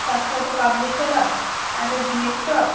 তার সাথে কাবলি ছোলা আর একটা ডিমের চপ